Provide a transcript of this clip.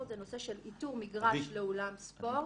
זה נושא של איתור מגרש לאולם ספורט,